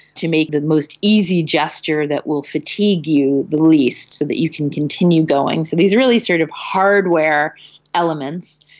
to make the most easy gesture that will fatigue you the least, so that you can continue going. so these really sort of hardware elements.